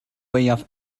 mwyaf